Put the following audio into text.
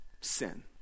sin